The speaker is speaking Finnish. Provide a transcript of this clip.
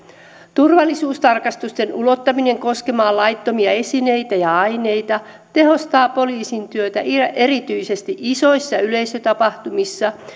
turvallisuustarkastusten ulottaminen koskemaan laittomia esineitä ja aineita tehostaa poliisin työtä erityisesti isoissa yleisötapahtumissa